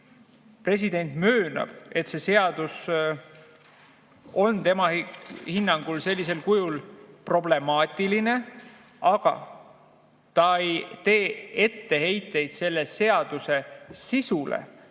president möönab, et see seadus on tema hinnangul sellisel kujul problemaatiline, aga ta ei tee etteheiteid selle seaduse sisule,